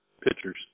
pitchers